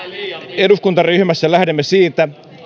eduskuntaryhmässä lähdemme siitä